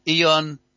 Ion